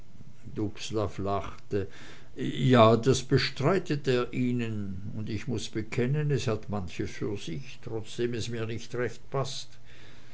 ja das bestreitet er ihnen und ich muß bekennen es hat manches für sich trotzdem es mir nicht recht paßt